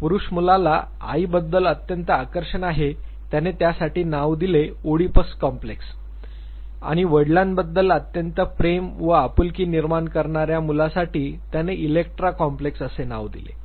पुरुष मुलाला आईबद्दल अत्यंत आकर्षण आहे त्याने त्यासाठी नाव दिले ओडिपस कॉम्प्लेक्स आणि वडिलांबद्दल अत्यंत प्रेम व आपुलकी निर्माण करणार्या मुलासाठी त्याने इलेक्ट्रा कॉम्प्लेक्स असे नाव दिले